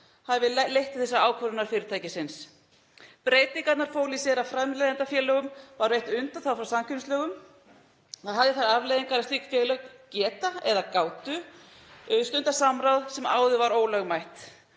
hafi leitt til þessarar ákvörðunar fyrirtækisins. Breytingarnar fólu í sér að framleiðendafélögum var veitt undanþága frá samkeppnislögum. Það hafði þær afleiðingar að slík félög geta eða gátu stundað samráð sem áður var ólögmætt.